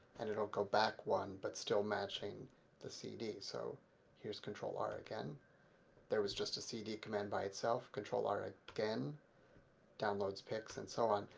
and it will go back one but still matching the cd. so here's control-r again there was just a cd command by itself. control-r again downloads, pics, and so on.